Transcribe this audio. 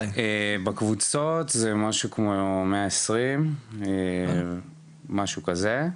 בקבוצות יש משהו כמו מאה עשרים, משהו כזה.